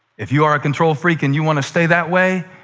if you are a control freak and you want to stay that way,